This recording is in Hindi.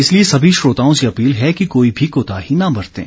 इसलिए सभी श्रोताओं से अपील है कि कोई भी कोताही न बरतें